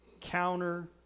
counter